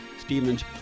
Stevens